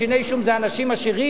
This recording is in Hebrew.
שיני שום זה אנשים עשירים,